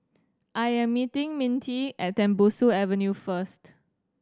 I am meeting Mintie at Tembusu Avenue first